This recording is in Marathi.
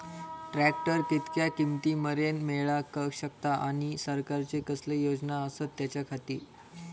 ट्रॅक्टर कितक्या किमती मरेन मेळाक शकता आनी सरकारचे कसले योजना आसत त्याच्याखाती?